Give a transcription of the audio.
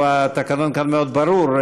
טוב, התקנון כאן מאוד ברור.